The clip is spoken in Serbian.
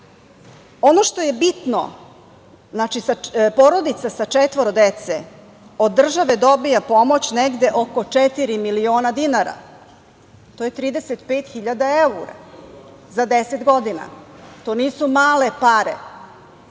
što je bitno, znači, porodica sa četvoro dece od države dobija pomoć negde oko četiri miliona dinara. To je 35.000 evra za deset godina. To nisu male pare.